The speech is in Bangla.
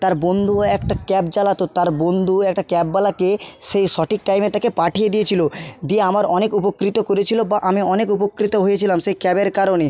তার বন্ধুও একটা ক্যাব চালাত তার বন্ধু একটা ক্যাবওয়ালাকে সে সঠিক টাইমে তাকে পাঠিয়ে দিয়েছিল দিয়ে আমার অনেক উপকৃত করেছিল বা আমি অনেক উপকৃত হয়েছিলাম সেই ক্যাবের কারণে